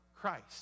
Christ